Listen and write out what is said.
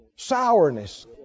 sourness